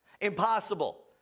Impossible